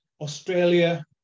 Australia